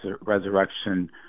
resurrection